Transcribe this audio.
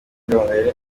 gahongayire